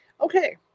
Okay